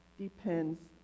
depends